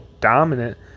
dominant